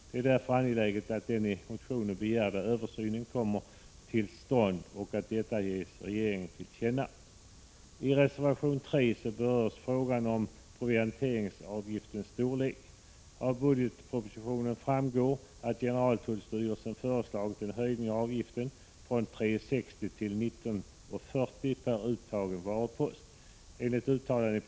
Det är därför angeläget att den i motionen begärda översynen kommer till stånd och att detta ges regeringen till känna. I reservation 3 berörs frågan om provianteringsavgiftens storlek. Av budgetpropositionen framgick att generaltullstyrelsen föreslagit en höjning av avgiften från 3:60 kr. till 19:40 kr. per uttagen varupost. Enligt uttalandei = Prot.